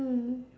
mm